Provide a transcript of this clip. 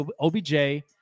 OBJ